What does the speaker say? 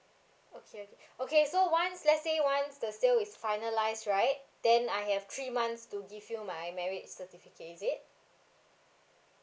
okay okay okay so once let's say once the sale is finalize right then I have three months to give you my marriage certificate is it